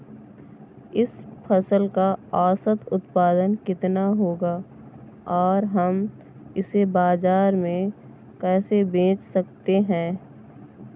इस फसल का औसत उत्पादन कितना होगा और हम इसे बाजार में कैसे बेच सकते हैं?